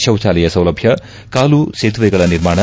ಶೌಚಾಲಯ ಸೌಲಭ್ಯ ಕಾಲು ಸೇತುವೆಗಳ ನಿರ್ಮಾಣ